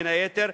בין היתר,